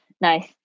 Nice